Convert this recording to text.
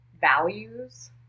values